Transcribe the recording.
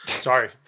Sorry